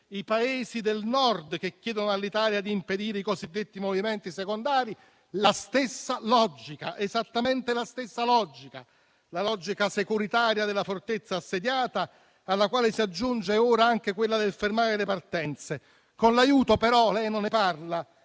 i Paesi del Nord che chiedono all'Italia di impedire i cosiddetti movimenti secondari. È esattamente la stessa logica securitaria della fortezza assediata, alla quale si aggiunge ora anche quella del fermare le partenze, con l'aiuto però - lei non ne parla